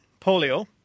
Polio